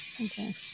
Okay